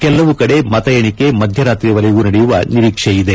ಕೆಲವು ಕಡೆ ಮತಎಣಿಕೆ ಮಧ್ಯರಾತ್ರಿವರೆಗೂ ನಡೆಯುವ ನಿರೀಕ್ಷೆಯಿದೆ